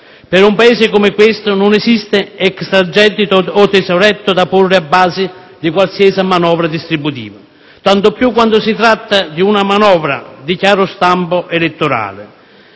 Per un Paese come questo non esiste extragettito o tesoretto da porre a base di qualsiasi manovra distributiva; tanto più quando si tratta di una manovra di chiaro stampo elettorale,